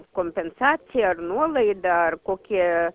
kompensacija ar nuolaida ar kokia